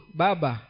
baba